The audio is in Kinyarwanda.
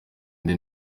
indi